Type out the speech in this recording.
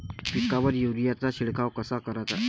पिकावर युरीया चा शिडकाव कसा कराचा?